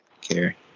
care